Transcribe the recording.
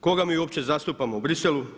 Koga mi uopće zastupamo u Bruxellesu?